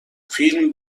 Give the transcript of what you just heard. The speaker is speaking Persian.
فیلم